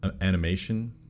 animation